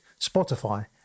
Spotify